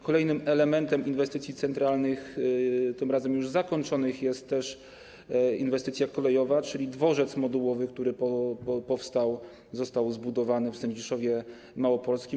Kolejnym elementem inwestycji centralnych, tym razem już zakończonych, jest też inwestycja kolejowa, czyli dworzec modułowy, który powstał, został zbudowany w Sędziszowie Małopolskim.